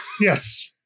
Yes